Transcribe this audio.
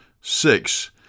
six